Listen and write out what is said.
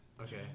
Okay